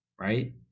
right